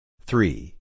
Three